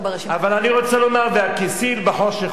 אבל אני רוצה לומר: "והכסיל בחשך הולך".